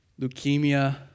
Leukemia